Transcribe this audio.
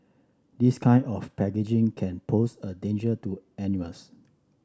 this kind of packaging can pose a danger to animals